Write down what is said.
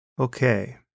Okay